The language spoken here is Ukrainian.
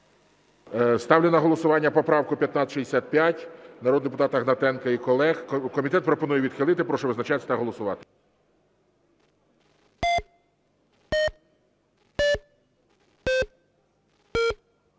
Ставлю на голосування поправку 1565 народного депутата Гнатенка і колег. Комітет пропонує відхилити. Прошу визначатись та голосувати.